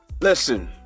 listen